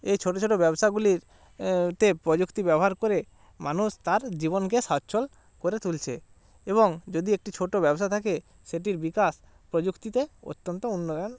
এই ছোটো ছোটো ব্যবসাগুলির তে প্রযুক্তি ব্যবহার করে মানুষ তার জীবনকে স্বচ্ছল করে তুলছে এবং যদি একটি ছোটো ব্যবসা থাকে সেটির বিকাশ প্রযুক্তিতে অত্যন্ত উন্নয়ন